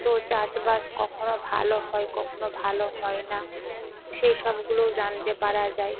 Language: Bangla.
তো চাষবাস কখনো ভালো হয় কখনো ভালো হয় না সেই সবগুলোও জানতে পারা যায়